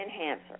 enhancer